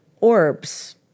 orbs